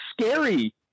scary